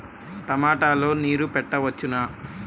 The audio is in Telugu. టమాట లో నీరు పెట్టవచ్చునా?